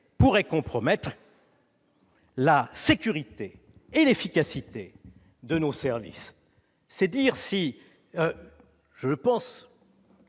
pourraient compromettre la sécurité et l'efficacité de nos services. C'est un très bon